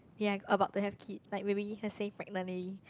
you are about to have kids like maybe let's say pregnant lady